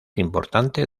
importante